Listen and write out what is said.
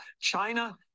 China